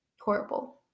horrible